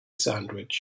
sandwich